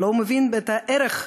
הוא לא מבין את הערך,